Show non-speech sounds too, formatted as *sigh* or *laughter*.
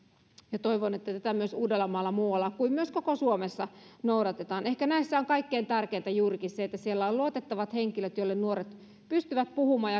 ja toivon että tätä noudatetaan myös muualla uudellamaalla kuin myös koko suomessa ehkä näissä on kaikkein tärkeintä juurikin se että siellä on luotettavat henkilöt joille nuoret pystyvät puhumaan *unintelligible*